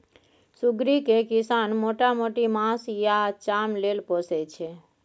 सुग्गरि केँ किसान मोटा मोटी मासु आ चाम लेल पोसय छै